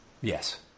Yes